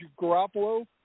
Garoppolo